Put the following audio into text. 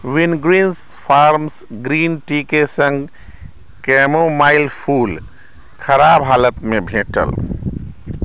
Wingreens farms green टीके सङ्ग chamomile फूल खराब हालतमे भेटल